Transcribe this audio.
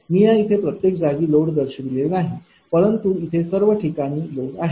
मी या इथे प्रत्येक जागी लोड दर्शविलेले नाही परंतु येथे सर्व ठिकाणी लोड आहे